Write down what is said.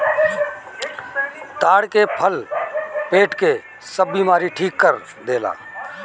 ताड़ के फल पेट के सब बेमारी ठीक कर देला